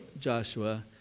Joshua